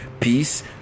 peace